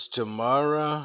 Tamara